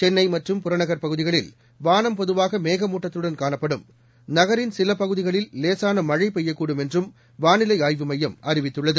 சென்னை மற்றும் புறநகர் பகுதிகளில் வானம் பொதுவாக மேகமூட்டத்துடன் காணப்படும் நகரின் சில பகுதிகளில் லேசான மழை பெய்யக்கூடும் என்றும் வானிலை ஆய்வு மையம் அறிவித்துள்ளது